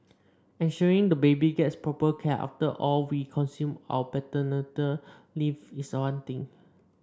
ensuring the baby gets proper care after all we consume our leave is one thing